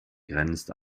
grenzt